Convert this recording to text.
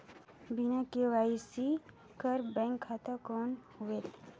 बिना के.वाई.सी कर बैंक खाता कौन होएल?